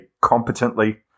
competently